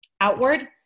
outward